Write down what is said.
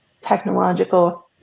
technological